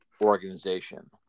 organization